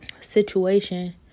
situation